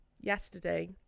Yesterday